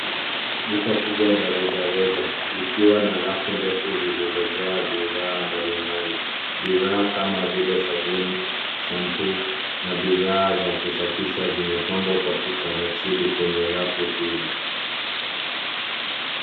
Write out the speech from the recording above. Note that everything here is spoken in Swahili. Duka kubwa la rejareja likiwa na rafu ndefu zilizojaa bidhaa mbalimbali. Bidhaa kama vile sabuni, shampuu na bidhaa za kusafisha vimepangwa kwa utaratibu kwenye hizo.